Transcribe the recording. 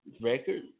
record